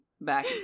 back